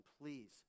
please